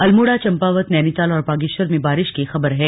अल्मोड़ा चंपावत नैनीताल और बागेश्वर में बारिश की खबर है